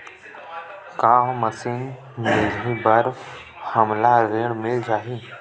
का मशीन मिलही बर हमला ऋण मिल जाही?